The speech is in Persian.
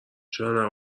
چرا